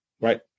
right